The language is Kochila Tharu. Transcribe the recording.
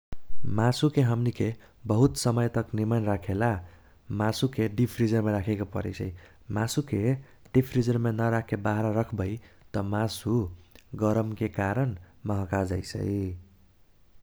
मासुके हमनीके बहुत समय तक निमन राखेला मासुके दीप फ्रीज़रमेके राखेके परैसै। मासुके दीप फ्रीज़रमे न राखके बाहरा रखबै त मासु गरमके कारण मह्का जाईसै ।